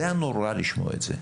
זה היה נורא לשמוע את זה.